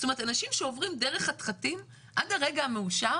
זאת אומרת אנשים שעוברים דרך חתחתים עד הרגע המאושר